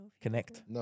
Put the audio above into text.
Connect